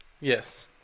Yes